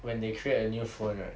when they create a new phone right